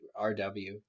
RW